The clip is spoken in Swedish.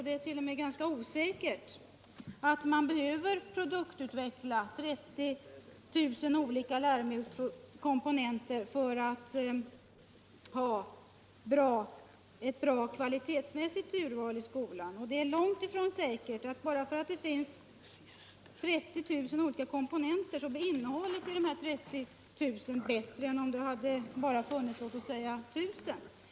Det är ganska osäkert att man behöver produktutveckla 30 000 olika läromedelskomponenter för att få ett bra kvalitetsmässigt urval i skolan. Det 191 är långt ifrån säkert, bara för att det finns 30 000 komponenter, att innehållet i dessa 30 000 blir bättre än om det bara funnits 1 000 komponenter.